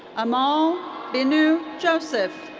amal binu joseph.